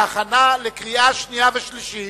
להכנה לקריאה שנייה ולקריאה שלישית.